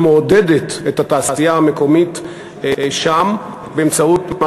שמעודדת את התעשייה המקומית שם באמצעות מה